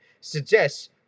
suggests